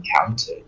encountered